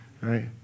right